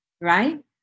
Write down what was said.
right